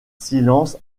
silence